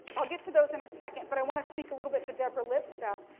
i'll get to those in a second. but, i want to speak a little bit to deborah lipstadt.